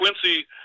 Quincy